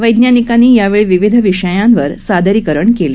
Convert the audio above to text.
वैज्ञानिकांनी यावेळी विविध विषयांवर सादरीकरण केलं